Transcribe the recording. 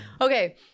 Okay